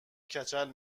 کچل